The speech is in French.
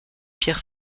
pierre